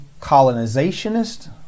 colonizationist